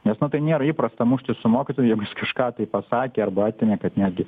nes na tai nėra įprasta muštis su mokytoju jeigu jis kažką tai pasakė arba atėmė kad netgi